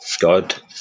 God